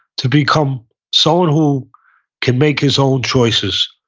to become someone who can make his own choices,